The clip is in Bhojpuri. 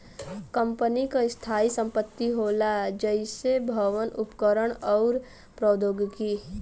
कंपनी क स्थायी संपत्ति होला जइसे भवन, उपकरण आउर प्रौद्योगिकी